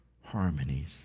harmonies